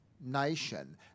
nation